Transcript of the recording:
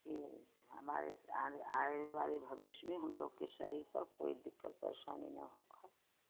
कि हमारे सारे आने वाले भविष्य में हम लोग के शरीर पर कोई दिक्कत परेशानी ना